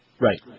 Right